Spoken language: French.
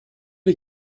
les